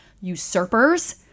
Usurpers